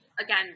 again